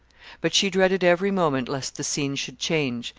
but she dreaded every moment lest the scene should change,